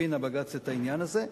הבג"ץ הבין את העניין הזה.